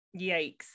yikes